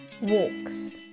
Walks